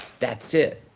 that's it.